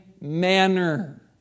manner